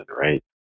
right